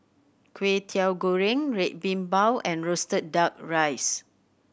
Kway Teow Goreng Red Bean Bao and roasted Duck Rice